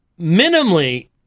minimally